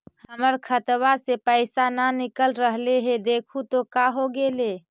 हमर खतवा से पैसा न निकल रहले हे देखु तो का होगेले?